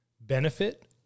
benefit